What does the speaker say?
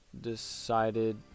decided